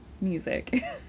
music